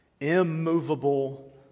immovable